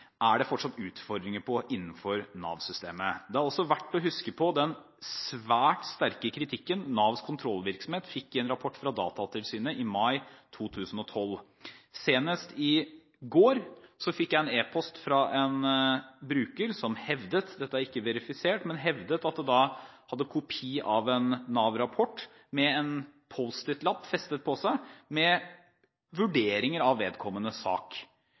er det fortsatt utfordringer innenfor Nav-systemet. Det er også verdt å huske på den svært sterke kritikken Navs kontrollvirksomhet fikk i en rapport fra Datatilsynet i mai 2012. Senest i går fikk jeg en e-post fra en bruker som hevdet – dette er ikke verifisert – at han hadde kopi av en Nav-rapport med en post it-lapp med vurderinger av vedkommendes sak festet på seg.